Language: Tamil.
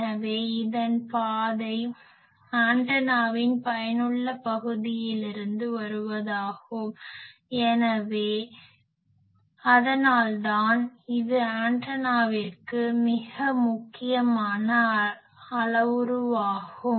எனவே இதன் பாதை ஆண்டனாவின் பயனுள்ள பகுதியிலிருந்து வருவதாகும் அதனால்தான் இது ஆண்டனாவிற்கு மிக முக்கியமான அளவுருவாகும்